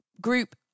group